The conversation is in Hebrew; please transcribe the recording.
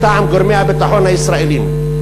מטעם גורמי הביטחון הישראליים,